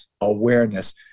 awareness